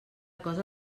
cosa